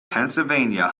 pennsylvania